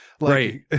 right